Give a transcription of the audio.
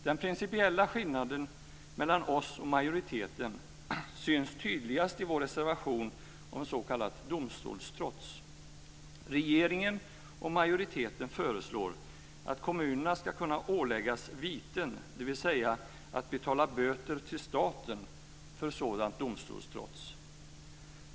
Den principiella skillnaden mellan oss och majoriteten syns tydligast i vår reservation om s.k. domstolstrots. Regeringen och majoriteten föreslår att kommunerna ska kunna åläggas viten, dvs. att betala böter till staten, för sådant domstolstrots.